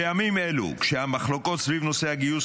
בימים אלו, כשהמחלוקות סביב נושא הגיוס